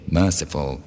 merciful